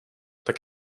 tak